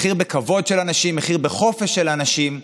מחיר בכבוד של אנשים, מחיר בחופש של אנשים.